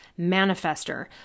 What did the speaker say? manifester